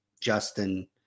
Justin